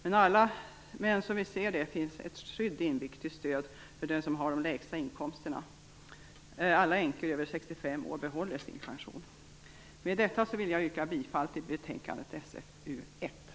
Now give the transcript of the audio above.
Men som vi ser det finns ett skydd inbyggt till stöd för dem som har de lägsta inkomsterna. Alla änkor över 65 år behåller sin pension. Med detta vill jag yrka bifall till hemställan i betänkande SfU:1